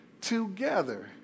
together